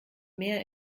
mehr